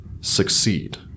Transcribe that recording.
Succeed